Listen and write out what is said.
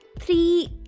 three